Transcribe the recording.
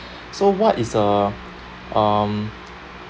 so what is a um